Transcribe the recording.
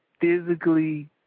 physically